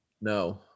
No